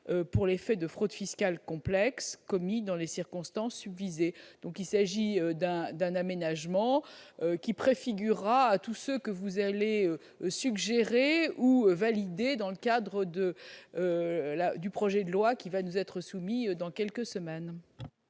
pour les faits de fraude fiscale complexe commis dans les circonstances susvisées. Il s'agit donc d'un aménagement préfigurant tous ceux que vous suggérerez ou validerez dans le cadre du projet de loi qui nous sera soumis dans quelques semaines.